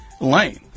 lane